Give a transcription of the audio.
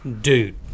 dude